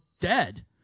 dead